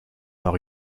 par